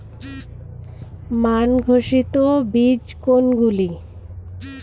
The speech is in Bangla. মান ঘোষিত বীজ কোনগুলি?